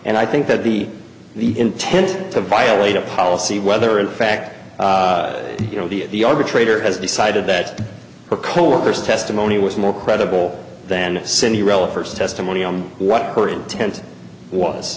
and i think that the the intent to violate a policy whether in fact you know the the arbitrator has decided that her coworkers testimony was more credible than cindy relatives testimony on what her intent was